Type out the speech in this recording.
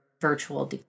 virtual